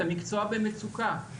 זה מקצוע במצוקה.